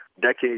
decades